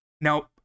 now